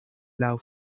laŭ